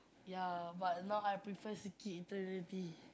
ya but now I prefer C_K Eternity